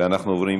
אנחנו עוברים,